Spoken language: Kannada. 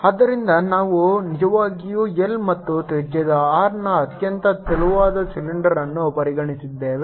ಆದ್ದರಿಂದ ನಾವು ನಿಜವಾಗಿಯೂ L ಮತ್ತು ತ್ರಿಜ್ಯದ R ನ ಅತ್ಯಂತ ತೆಳುವಾದ ಸಿಲಿಂಡರ್ ಅನ್ನು ಪರಿಗಣಿಸುತ್ತಿದ್ದೇವೆ